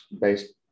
based